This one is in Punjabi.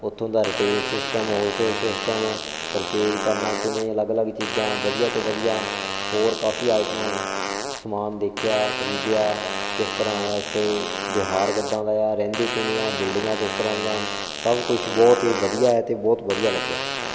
ਉਥੋਂ ਦਾ retail system wholesale system purchase ਕਰਨਾ ਕਿਵੇਂ ਅਲੱਗ ਅਲੱਗ ਚੀਜ਼ਾਂ ਵਧੀਆ ਤੋਂ ਵਧੀਆ ਹੋਰ ਕਾਫੀ ਆਈਟਮਾਂ ਸਮਾਨ ਦੇਖਿਆ ਖਰੀਦਿਆ ਕਿਸ ਤਰ੍ਹਾਂ ਹੈ ਉੱਥੇ ਵਿਹਾਰ ਕਿੱਦਾਂ ਦਾ ਆ ਰਹਿੰਦੇ ਕਿਵੇਂ ਆ ਬਿਲਡਿੰਗਾਂ ਕਿਸ ਤਰ੍ਹਾਂ ਦੀਆਂ ਹਨ ਸਭ ਕੁਝ ਬਹੁਤ ਹੀ ਵਧੀਆ ਹੈ ਅਤੇ ਬਹੁਤ ਵਧੀਆ ਲੱਗਿਆ